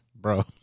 bro